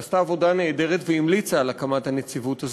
שעשתה עבודה נהדרת והמליצה על הקמת הנציבות הזו.